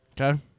Okay